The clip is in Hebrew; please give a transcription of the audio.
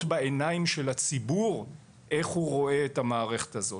בעיניים של הציבור איך הוא רואה את המערכת הזאת.